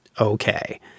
okay